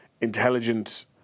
intelligent